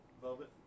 Velvet